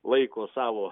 laiko savo